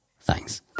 Thanks